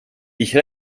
ich